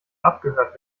abgehört